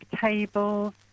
tables